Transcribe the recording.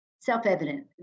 self-evident